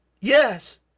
Yes